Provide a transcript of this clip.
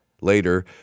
Later